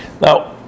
Now